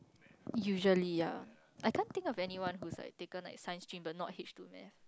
usually ya I can't think of anyone who's like taken like science stream but not H two maths